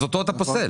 אז אותו אתה פוסל.